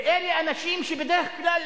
ואלה אנשים שבדרך כלל,